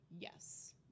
yes